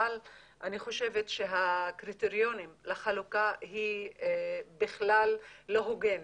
אבל אני חושבת שהקריטריונים לחלוקה הם בכלל לא הוגנים.